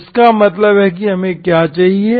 तो इसका मतलब है कि हमें क्या चाहिए